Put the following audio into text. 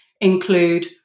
include